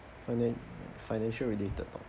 finan~ financial related topic